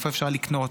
איפה אפשר לקנות,